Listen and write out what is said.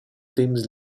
temps